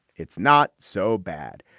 it's not so bad.